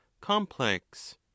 complex